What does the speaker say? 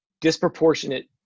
disproportionate